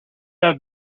have